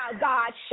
God